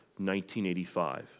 1985